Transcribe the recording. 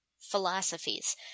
philosophies